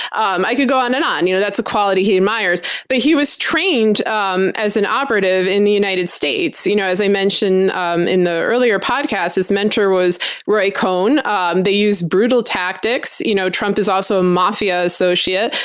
um i could go on and on. you know that's a quality he admires. but he was trained um as an operative in the united states. you know as i mentioned um in the earlier podcast, his mentor was roy cohn. um they used brutal tactics. you know trump is also a mafia associate.